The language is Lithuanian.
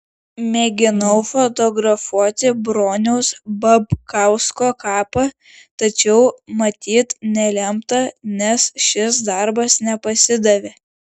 mėginau fotografuoti broniaus babkausko kapą tačiau matyt nelemta nes šis darbas nepasidavė